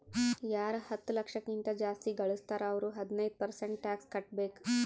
ಯಾರು ಹತ್ತ ಲಕ್ಷ ಕಿಂತಾ ಜಾಸ್ತಿ ಘಳುಸ್ತಾರ್ ಅವ್ರು ಹದಿನೈದ್ ಪರ್ಸೆಂಟ್ ಟ್ಯಾಕ್ಸ್ ಕಟ್ಟಬೇಕ್